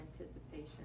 anticipation